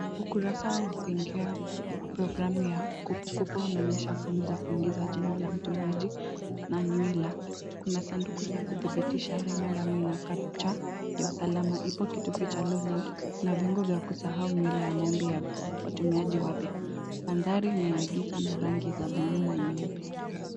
Ukurasa wa kuingia kwa programu ya Kopo Kopo unaonyesha fomu za kuingiza jina la mtumiaji na nywila. Kuna sanduku la kudhibitisha remember me na captcha ya usalama. Iko kitu feature log in na viungo vya kusahau nywila ya maombi ya watumiaji wapya. Mandhari ni ya giza na rangi za buluu na nyeupe.